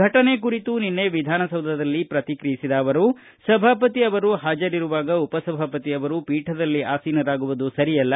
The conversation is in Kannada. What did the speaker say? ಫಟನೆ ಕುರಿತು ನಿನ್ನೆ ವಿಧಾನಸೌಧದಲ್ಲಿ ಪ್ರತಿಕ್ರಿಯಿಸಿದ ಅವರು ಸಭಾಪತಿ ಅವರು ಹಾಜರು ಇರುವಾಗ ಉಪಸಭಾಪತಿ ಅವರು ಪೀಠದಲ್ಲಿ ಆಸೀನಂಾಗುವುದು ಸರಿಯಲ್ಲ